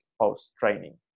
post-training